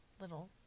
little